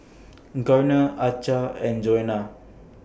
Garner Achsah and Johanna